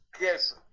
Yes